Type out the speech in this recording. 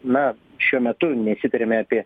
na šiuo metu nesitariame apie